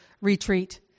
retreat